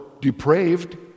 depraved